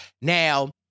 Now